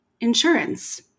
insurance